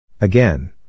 Again